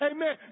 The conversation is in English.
Amen